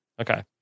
Okay